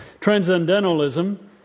Transcendentalism